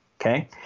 Okay